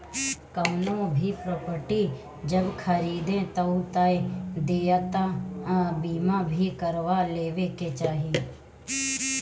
कवनो भी प्रापर्टी जब खरीदे जाए तअ देयता बीमा भी करवा लेवे के चाही